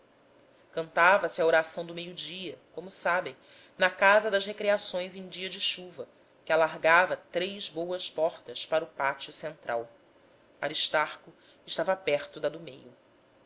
salão cantava-se a oração do meio-dia como sabem na casa das recreações em dia de chuva que alargava três boas portas para o pátio central aristarco estava perto da do meio